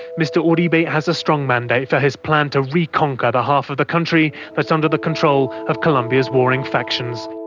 mr uribe has a strong mandate for his plan to re-conquer the half of the country that's under the control of colombia's warring factions.